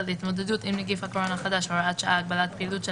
להתמודדות עם נגיף הקורונה החדש (הוראת שעה)(הגבלת פעילות של